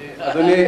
אני לא נכנס,